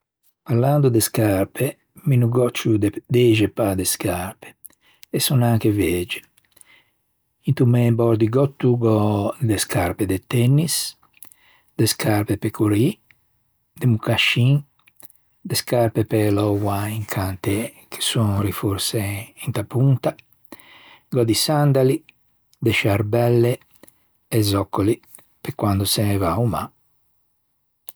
Parlando de scarpe, mi no gh'ò ciù che dexe pâ de scarpe e son anche vege. Into mæ bordigòtto gh'ò de scarpe de tennis, de scarpe pe corrî, de mocascin, de scarpe pe louâ in cantê che son rinforsæ inta ponta, gh'ò di sandali, de sciarbelle e zòccoli pe quande se va a-o mâ.